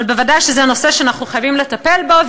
אבל ודאי שזה נושא שאנחנו חייבים לטפל בו,